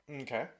Okay